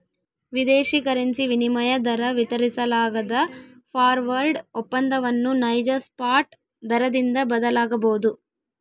ವಿದೇಶಿ ಕರೆನ್ಸಿ ವಿನಿಮಯ ದರ ವಿತರಿಸಲಾಗದ ಫಾರ್ವರ್ಡ್ ಒಪ್ಪಂದವನ್ನು ನೈಜ ಸ್ಪಾಟ್ ದರದಿಂದ ಬದಲಾಗಬೊದು